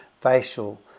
facial